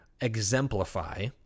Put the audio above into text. exemplify